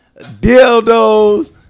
dildos